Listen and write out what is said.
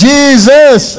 Jesus